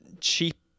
cheap